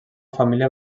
família